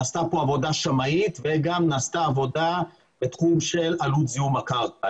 עשתה כאן עבודה שמאית וגם נעשתה עבודה בתחום של עלות זיהום הקרקע.